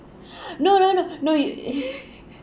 no no no no you